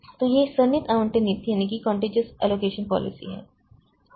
तो यह सन्निहित आवंटन नीति है